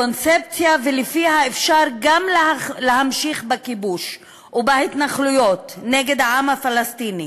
הקונספציה שלפיה אפשר גם להמשיך בכיבוש ובהתנחלויות נגד העם הפלסטיני